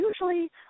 usually